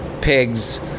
pigs